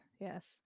yes